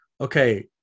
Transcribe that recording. okay